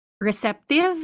receptive